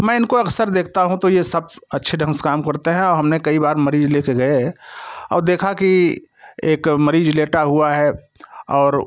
मैं इनको अक्सर देखता हूँ तो ये सब अच्छे ढंग से काम करते हैं और हमने कई बार मरीज ले के गए और देखा कि एक मरीज लेटा हुआ है और